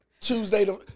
Tuesday